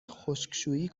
خشکشویی